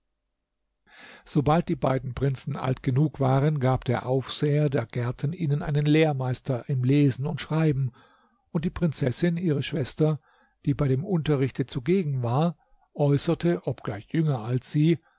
sobald die beiden prinzen alt genug waren gab der aufseher der gärten ihnen einen lehrmeister im lesen und schreiben und die prinzessin ihre schwester die bei dem unterrichte zugegen war äußerte obgleich jünger als sie